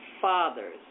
Fathers